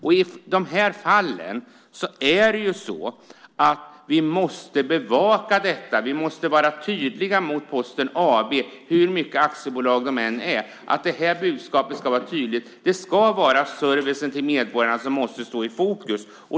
I de här fallen måste vi bevaka detta och vara tydliga mot Posten AB, hur mycket aktiebolag det än är, om att det här budskapet ska vara tydligt. Det måste vara servicen till medborgarna som står i fokus.